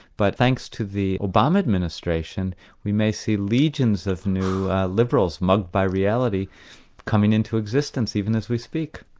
but thanks to the obama administration we may see legions of new liberals mugged by reality coming into existence, even as we speak.